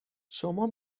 شما